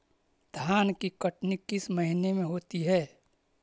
धान की कटनी किस महीने में होती है?